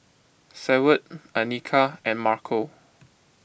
Seward Anika and Marco